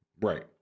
Right